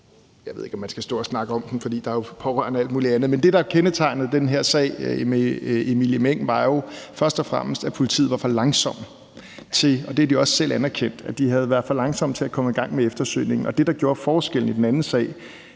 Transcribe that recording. Jeg ved ikke, om man skal stå og snakke om den, for der er jo pårørende og alt muligt andet, men det, der kendetegnede den her sag med Emilie Meng, var først og fremmest, at politiet var for langsomme til – og det har de også selv anerkendt – at komme i gang med eftersøgningen. Det, der gjorde forskellen i den anden sag,